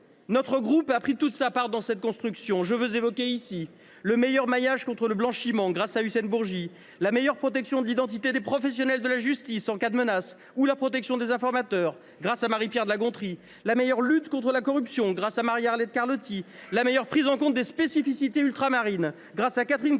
Notre groupe a pris toute sa part dans cette construction. Je veux évoquer ici : un meilleur maillage contre le blanchiment, grâce à Hussein Bourgi ; une meilleure protection de l’identité des professionnels de la justice en cas de menace, ou encore la protection des informateurs, grâce à Marie Pierre de La Gontrie ; une lutte renforcée contre la corruption, grâce à Marie Arlette Carlotti ; une meilleure prise en compte des spécificités ultramarines, grâce à Catherine Conconne